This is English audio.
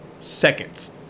seconds